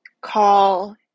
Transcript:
Call